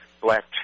black